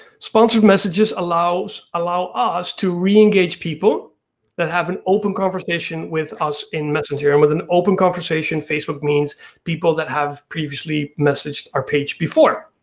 sponsored messages allow allow us to reengage people that have an open conversation with us in messenger, and with an open conversation, facebook means people that have previously messaged our page before.